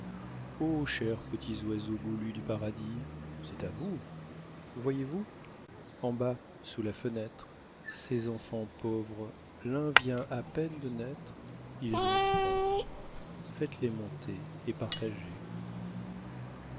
ô chers petits oiseaux goulus du paradis c'est à vous voyez-vous en bas sous la fenêtre ces enfants pauvres l'un vient à peine de naître ils ont faim faites-les monter et partagez